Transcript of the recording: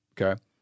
Okay